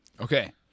Okay